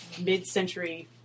mid-century